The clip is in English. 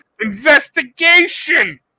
investigation